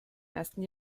ersten